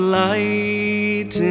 light